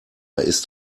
ist